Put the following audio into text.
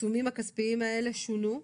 שהעיצומים הכספיים האלה שונו.